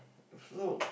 flew